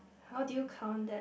how do you count that